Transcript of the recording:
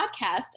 podcast